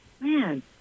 man